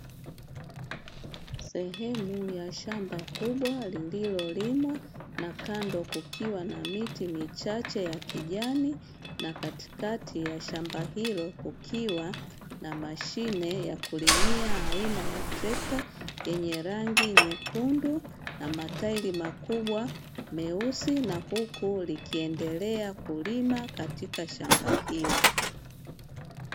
Sehemu ya shamba kubwa lililolimwa na kando kukiwa na miti michache ya kijani, na katikati ya shamba hilo kukiwa na mashine ya kulimia aina ya trekta yenye rangi nyekundu, na matairi makubwa meusi, na huku likiendelea kulima katika shamba hilo.